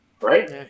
right